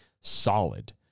solid